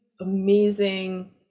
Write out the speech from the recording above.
amazing